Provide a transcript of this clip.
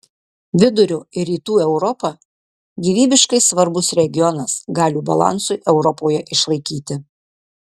vidurio ir rytų europa gyvybiškai svarbus regionas galių balansui europoje išlaikyti